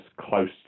close